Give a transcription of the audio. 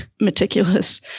meticulous